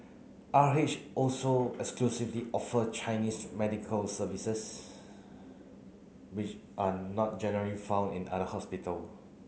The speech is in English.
R H also exclusively offer Chinese medical services which are not generally found in other hospital